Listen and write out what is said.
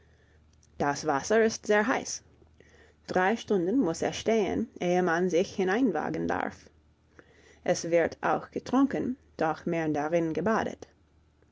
das wasser ist sehr heiß drei stunden muß es stehen ehe man sich hineinwagen darf es wird auch getrunken doch mehr darin gebadet